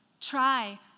Try